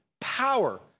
power